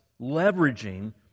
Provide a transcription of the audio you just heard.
leveraging